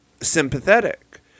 sympathetic